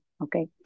okay